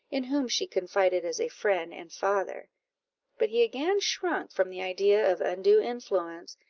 in whom she confided as a friend and father but he again shrunk from the idea of undue influence,